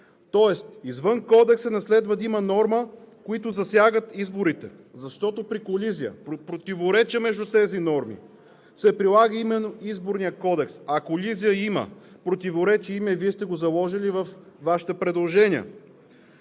Тоест извън Кодекса не следва да има норми, които засягат изборите, защото при колизия – противоречие между тези норми, се прилага именно Изборният кодекс. А колизия има, противоречия има и Вие сте го заложили във Вашите предложения.